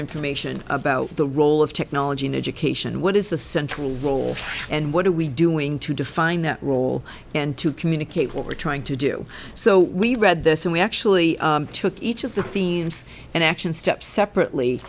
information about the role of technology in education what is the central role and what are we doing to define that role and to communicate what we're trying to do so we read this and we actually took each of the themes and action steps separately